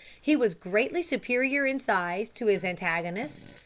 he was greatly superior in size to his antagonist,